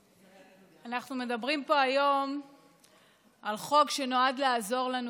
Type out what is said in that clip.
אנחנו מדברים פה היום על חוק שנועד לעזור לנו